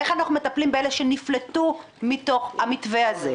איך אנחנו מטפלים באלה שנפלטו מתוך המתווה הזה,